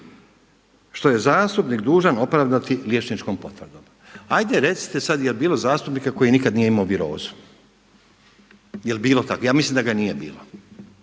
što je zastupnik dužan opravdati liječničkom potvrdom. Ajde recite sad jel bilo zastupnika koji nikad nije imao virozu, ja mislim da ga nije bilo.